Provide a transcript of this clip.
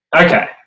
Okay